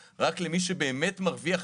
אבל פה זה החדר היותר חשוב מבחינת